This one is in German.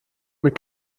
mit